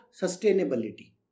sustainability